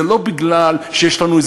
זה לא כי יש לנו,